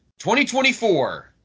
2024